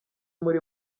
muri